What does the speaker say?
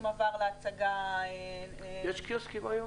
עבר להצגה --- יש קיוסקים היום?